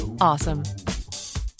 awesome